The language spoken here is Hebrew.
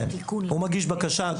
האם הוא מגיש הבקשה?